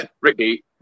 Ricky